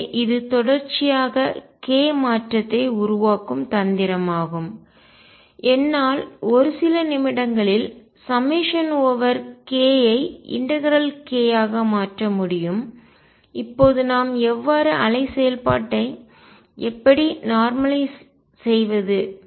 எனவே இது தொடர்ச்சியாக k மாற்றத்தை உருவாக்கும் தந்திரமாகும் என்னால் ஒரு சில நிமிடங்களில் சம்மேஷன் ஓவர் k ஐ இன்டெகரல் ஒருங்கிணைப்பு k ஆக மாற்ற முடியும் இப்போது நாம் எவ்வாறு அலை செயல்பாட்டை எப்படி நார்மலயிஸ் இயல்பாக்குவது செய்வது